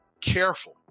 careful